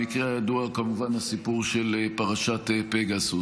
המקרה הידוע הוא כמובן הסיפור של פרשת פגסוס.